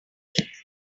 fake